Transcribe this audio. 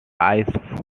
eyes